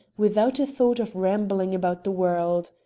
without a thought of rambling about the world.